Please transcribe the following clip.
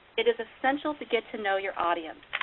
it is essential to get to know your audience,